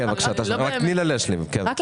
אלה